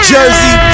Jersey